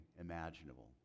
imaginable